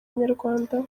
nyarwanda